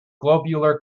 globular